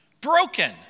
Broken